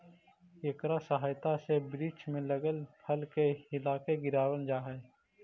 इकरा सहायता से वृक्ष में लगल फल के हिलाके गिरावाल जा हई